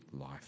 life